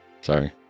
Sorry